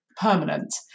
permanent